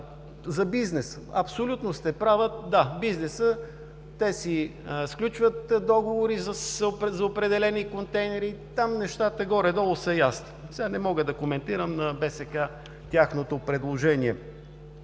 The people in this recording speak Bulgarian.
За бизнеса, абсолютно сте права. Да, бизнесът, те си сключват договори за определени контейнери. Там нещата горе-долу са ясни. Сега не мога да коментирам на БСК предложението.